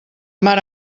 mar